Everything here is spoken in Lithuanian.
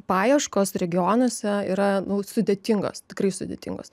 paieškos regionuose yra nu sudėtingos tikrai sudėtingos